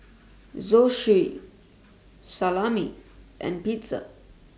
Zosui Salami and Pizza